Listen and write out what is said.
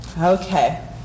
Okay